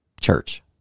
church